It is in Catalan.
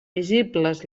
visibles